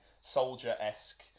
soldier-esque